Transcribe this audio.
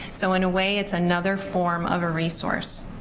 so in a way it's another form of a resource.